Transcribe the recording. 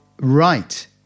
Right